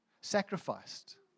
sacrificed